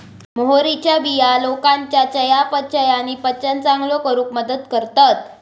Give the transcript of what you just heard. मोहरीच्या बिया लोकांच्या चयापचय आणि पचन चांगलो करूक मदत करतत